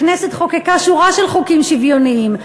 הכנסת חוקקה שורה של חוקים שוויוניים,